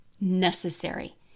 necessary